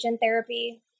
therapy